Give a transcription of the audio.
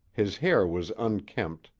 his hair was unkempt,